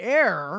air